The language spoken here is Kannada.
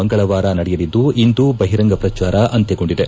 ಮಂಗಳವಾರ ನಡೆಯಲಿದ್ದು ಇಂದು ಬಹಿರಂಗ ಪ್ರಚಾರ ಅಂತ್ಯಗೊಂಡಿದೆ